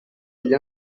agli